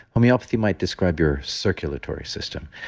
homeopathy might describe your circulatory system.